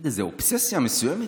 האובססיה המסוימת